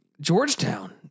Georgetown